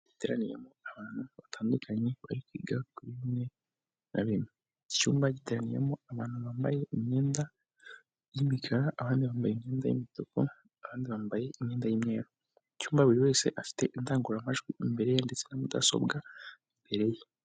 Icyumba giteraniyemo abantu batandukanye bari kwiga kuri bimwe na bimwe. Iki cyumba giteraniyemo abantu bambaye imyenda y'imikara, abandi bambaye imyenda y'imituku, abandi bambaye imyenda y'imweru. Iki cyumba buri wese afite indangururamajwi imbere ye ndetse na mudasobwa imbere ye.